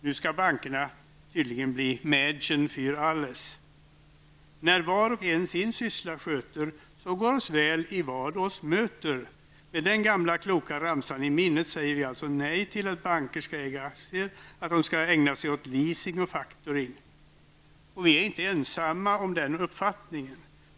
Nu skall bankerna tydligen bli ''När var och en sin syssla sköter så går oss väl i allt oss möter''. Med den gamla kloka ramsan i minnet säger vi nej till att banker skall äga aktier och att de skall kunna ägna sig åt leasing och factoring. Vi är inte ensamma om den uppfattningen.